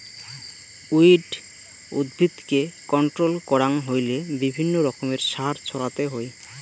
weed উদ্ভিদকে control করাং হইলে বিভিন্ন রকমের সার ছড়াতে হই